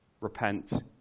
Repent